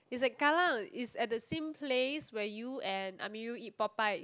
is at Kallang is at the same place where you and Amirul eat popeye